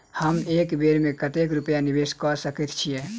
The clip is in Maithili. हम एक बेर मे कतेक रूपया निवेश कऽ सकैत छीयै?